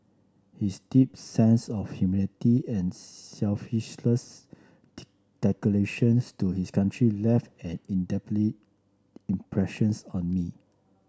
his deep sense of humility and to his country left an indelible impressions on me